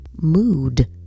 mood